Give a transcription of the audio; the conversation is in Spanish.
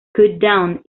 countdown